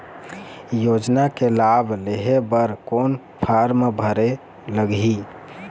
योजना के लाभ लेहे बर कोन फार्म भरे लगही?